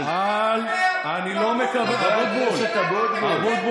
אני אדבר אליך הכי נמוך כמו שאתה מדבר נמוך לרבנים שלנו,